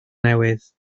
newydd